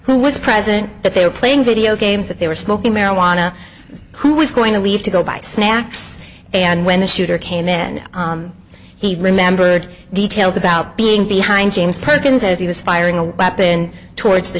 who was present that they were playing video games that they were smoking marijuana who was going to leave to go buy snacks and when the shooter came in he remembered details about being behind james perkins as he was firing a weapon towards the